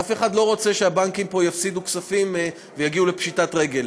אף אחד לא רוצה שהבנקים פה יפסידו כספים ויגיעו לפשיטת רגל.